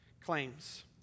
claims